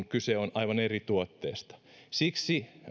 kyse on aivan eri tuotteesta siksi